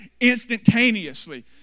instantaneously